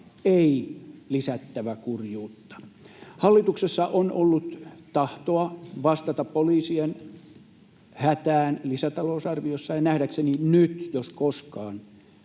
ei lisättävä kurjuutta. Hallituksessa on ollut tahtoa vastata poliisien hätään lisätalousarviossa, ja nähdäkseni nyt jos koskaan